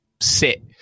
sit